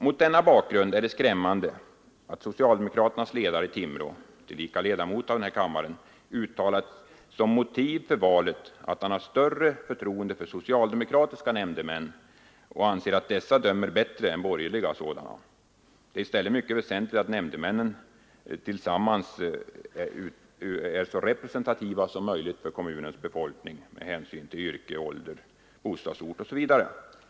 Mot denna bakgrund är det skrämmande att socialdemokraternas ledare i Timrå, tillika ledamot i denna kammare, uttalat som motiv för valet att han har större förtroende för socialdemokratiska nämndemän än för borgerliga sådana och anser att de förra dömer bättre. Det är i stället mycket väsentligt att nämndemännen tillsammans är så representativa som möjligt för kommunens befolkning med hänsyn till yrke, ålder, bostadsort osv.